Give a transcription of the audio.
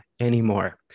anymore